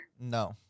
No